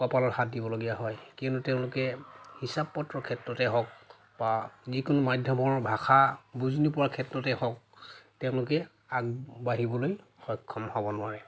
কপালত হাত দিবলগীয়া হয় কিয়নো তেওঁলোকে হিচাপ পত্ৰৰ ক্ষেত্ৰতে হওঁক বা যিকোনো মাধ্যমৰ ভাষা বুজি নোপোৱাৰ ক্ষেত্ৰতে হওঁক তেওঁলোকে আগবাঢ়িবলৈ সক্ষম হ'ব নোৱাৰে